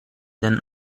denn